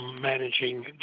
managing